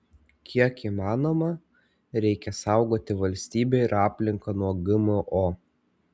kiek įmanoma reikia saugoti valstybę ir aplinką nuo gmo